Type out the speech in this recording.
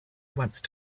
once